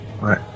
Right